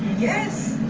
yes!